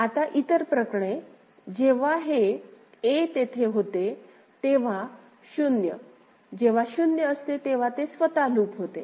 आता इतर प्रकरणे जेव्हा हे a तेथे होते तेव्हा 0 जेव्हा 0 असते तेव्हा ते स्वतः लूप होते